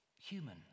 human